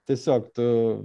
tiesiog tu